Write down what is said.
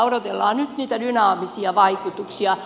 odotellaan nyt niitä dynaamisia vaikutuksia